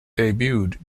debuted